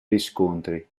riscontri